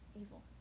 Evil